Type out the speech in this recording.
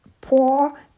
poor